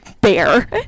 bear